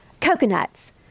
coconuts